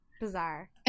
Bizarre